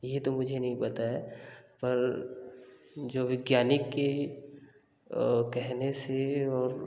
ये तो मुझे नहीं पता है पर जो वैज्ञानिक के के कहने से और